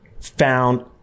found